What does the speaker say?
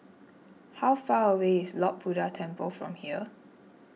how far away is Lord Buddha Temple from here